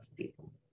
people